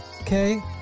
Okay